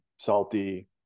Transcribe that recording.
Salty